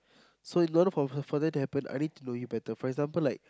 so in order for her for that to happen I need to know you better for example like